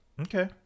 Okay